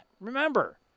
Remember